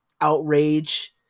outrage